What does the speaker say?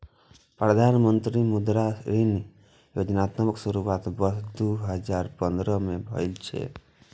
प्रधानमंत्री मुद्रा ऋण योजनाक शुरुआत वर्ष दू हजार पंद्रह में भेल रहै